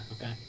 okay